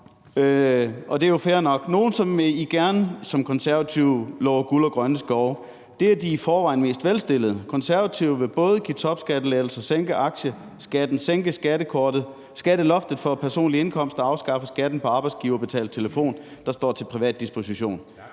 Nå, det er jo fair nok. Nogle, som Konservative gerne lover guld og grønne skove, er de i forvejen mest velstillede. De Konservative vil både give topskattelettelser, sænke aktiebeskatningen, sænke skatteloftet for personlig indkomst og afskaffe skatten på arbejdsgiverbetalt telefon, der står til privat disposition.